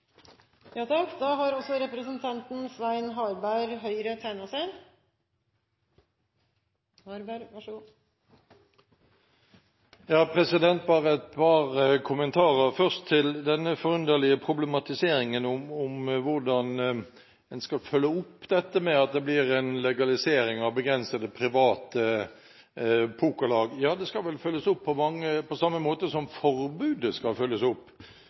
har bare et par kommentarer. Først til denne forunderlige problematiseringen om hvordan en skal følge opp dette med at det blir en legalisering av begrensede private pokerlag: Ja, det skal vel følges opp på samme måte som forbudet skal følges opp,